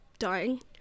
dying